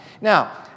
Now